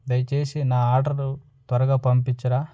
దయచేసి నా ఆర్డరు త్వరగా పంపించ్చరా